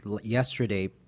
yesterday